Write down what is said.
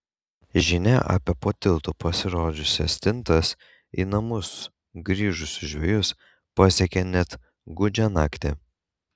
žinia apie po tiltu pasirodžiusias stintas į namus grįžusius žvejus pasiekia net gūdžią naktį